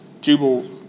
Jubal